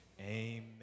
amen